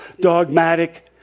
dogmatic